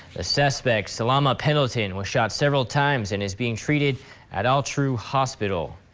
suspect, salamah pendelton was shot several times and is being treated at altru hospital.